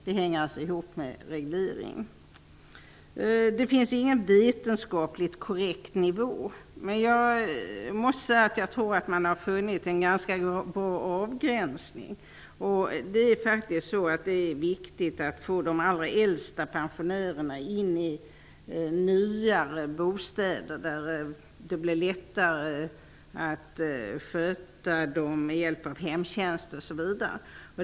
Det hänger alltså ihop med reglering. Det finns ingen vetenskapligt korrekt nivå, men jag måste säga att jag tror att man har funnit en ganska bra avgränsning. Det är viktigt att få in de allra äldsta pensionärerna i nyare bostäder där det blir lättare att sköta dem med hjälp av hemtjänst osv.